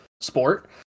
sport